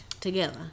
together